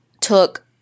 took